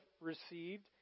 received